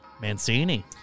Mancini